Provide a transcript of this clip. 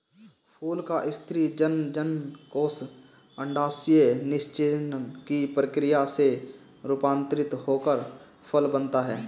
फूल का स्त्री जननकोष अंडाशय निषेचन की प्रक्रिया से रूपान्तरित होकर फल बनता है